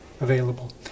available